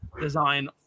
design